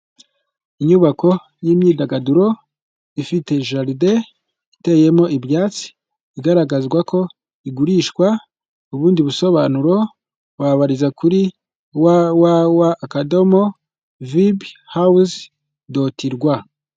Inyubako y'imyidagaduro, ifite jaride iteyemo ibyatsi, igaragazwa ko igurishwa. Ubundi busobanuro wabariza kuri wawawa akadomo vibi hawuze doti rwa.